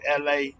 LA